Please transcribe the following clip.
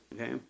okay